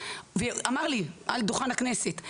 ואמר לי על דוכן הכנסת,